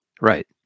Right